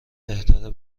بهتره